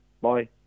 Bye